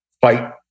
fight